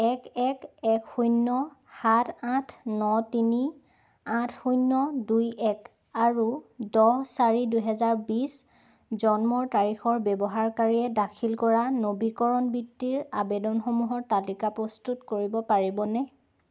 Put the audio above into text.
এক এক এক শূন্য সাত আঠ ন তিনি আঠ শূন্য দুই এক আৰু দহ চাৰি দুহেজাৰ বিছ জন্মৰ তাৰিখৰ ব্যৱহাৰকাৰীয়ে দাখিল কৰা নবীকৰণ বৃত্তিৰ আবেদনসমূহৰ তালিকা প্ৰস্তুত কৰিব পাৰিবনে